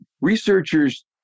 researchers